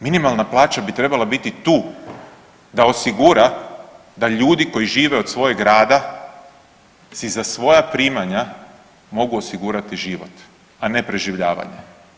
Minimalna plaća bi trebala biti tu da osigura da ljudi koji žive od svog rada, za svoja primanja mogu osigurati život a ne preživljavanje.